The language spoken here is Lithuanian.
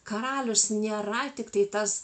karalius nėra tiktai tas